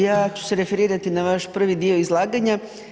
Ja ću se referirati na vaš prvi dio izlaganja.